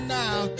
now